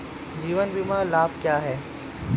जीवन बीमा लाभ क्या हैं?